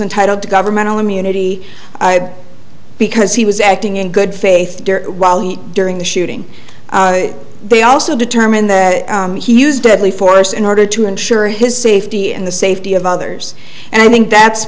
entitled to governmental immunity because he was acting in good faith while he during the shooting they also determined that he used deadly force in order to ensure his safety and the safety of others and i think that's